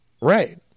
Right